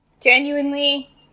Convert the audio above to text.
genuinely